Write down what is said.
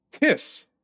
kiss